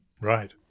right